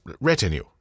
retinue